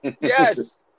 Yes